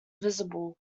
visible